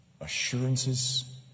assurances